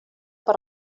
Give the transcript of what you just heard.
per